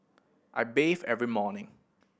I bathe every morning